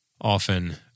often